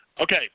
Okay